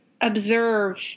observe